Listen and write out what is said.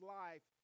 life